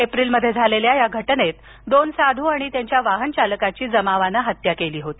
April महिन्यात झालेल्या या घटनेत दोन साधू आणि त्यांच्या वाहन चालकाची जमावानं हत्या केली होती